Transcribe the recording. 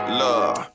love